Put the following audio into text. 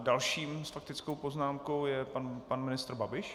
Dalším s faktickou poznámkou je pan ministr Babiš.